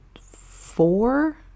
four